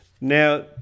Now